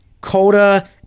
Coda